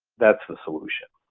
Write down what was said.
that's the solution,